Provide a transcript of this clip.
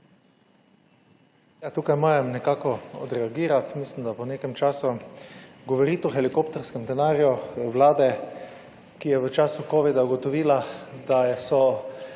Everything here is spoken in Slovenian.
tukaj moram nekako odreagirati. Mislim, da po nekem času govoriti o helikopterskem denarju Vlade, ki je v času covida ugotovila, da je